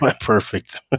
Perfect